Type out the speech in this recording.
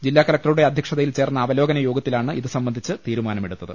ജില്ലാ കലക്ടറുടെ അധ്യക്ഷതയിൽ ചേർന്ന അവലോകന യോഗത്തിലാണ് ഇത് സംബന്ധിച്ച തീരുമാനമെ ടുത്തത്